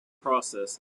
process